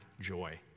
joy